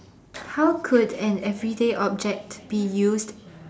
how could an everyday object be used